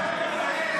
(קוראת בשמות חברי הכנסת)